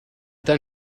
then